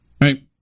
right